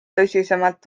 tõsisemalt